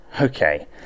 Okay